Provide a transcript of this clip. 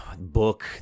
book